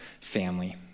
family